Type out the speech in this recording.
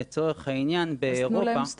לצורך העניין באירופה --- אז תנו להם סטטוס.